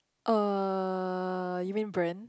uh you mean brand